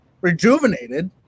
rejuvenated